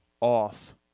off